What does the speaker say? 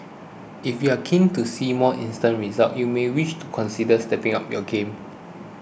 if you're keen to see more instant results you may wish to consider stepping up your game